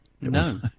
no